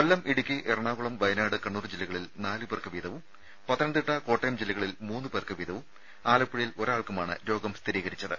കൊല്ലം ഇടുക്കി എറണാകുളം വയനാട് കണ്ണൂർ ജില്ലകളിൽ നാലുപേർക്ക് വീതവും പത്തനംതിട്ട കോട്ടയം ജില്ലകളിൽ മൂന്നുപേർക്ക് വീതവും ആലപ്പുഴയിൽ ഒരാൾക്കുമാണ് രോഗം സ്ഥികീരിച്ചത്